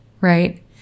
right